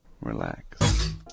Relax